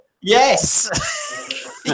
Yes